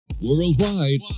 worldwide